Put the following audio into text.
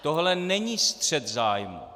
Tohle není střet zájmů.